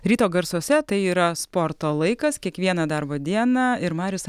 ryto garsuose tai yra sporto laikas kiekvieną darbo dieną ir marius